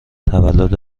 تولد